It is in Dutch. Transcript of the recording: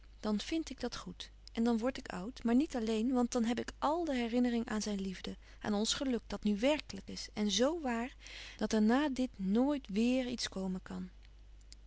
dan vnd ik dat goed en dan word ik oud maar niet alleen want dan heb ik àl de herinnering aan zijn liefde aan ons geluk dat nu werkelijk is en zo waar dat er na dit nooit weêr iets komen kan